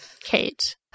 Kate